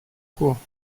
cours